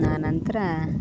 ಆ ನಂತರ